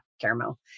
caramel